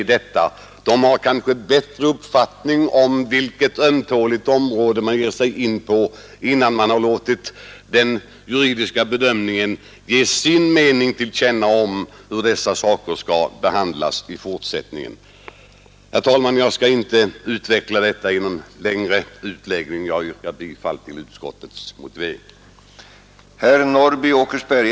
Man har kanske inom dessa partier en bättre uppfattning om vilket ömtåligt område man här ger sig in på, om man tar ställning innan man har låtit den juridiska sakkunskapen ge sin mening till känna om hur dessa frågor skall behandlas i fortsättningen. Herr talman! Jag skall inte utveckla denna fråga genom någon längre utläggning. Jag yrkar bifall till utskottets motivering.